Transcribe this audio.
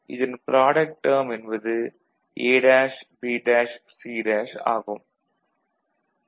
எனவே இதன் product term என்பது A'B'C' ஆகும்